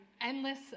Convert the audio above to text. endless